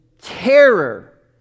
terror